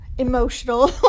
Emotional